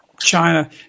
China